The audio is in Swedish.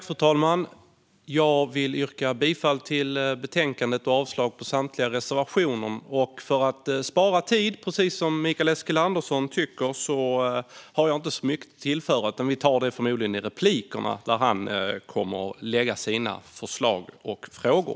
Fru talman! Jag vill yrka bifall till utskottets förslag i betänkandet och avslag på samtliga reservationer. För att precis som Mikael Eskilandersson spara tid vill jag inte tillföra särskilt mycket mer, utan vi tar det i de förmodade replikerna. Där kan Mikael Eskilandersson lägga fram sina förslag och frågor.